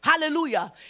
Hallelujah